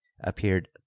appeared